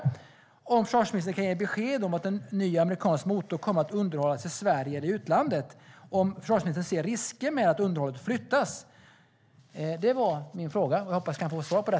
Kan försvarsministern ge besked om huruvida en ny amerikansk motor kommer att underhållas i Sverige eller i utlandet? Ser försvarsministern risker med att underhållet flyttas? Det var mina frågor. Jag hoppas att jag kan få svar på dem.